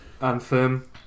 Anthem